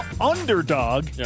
underdog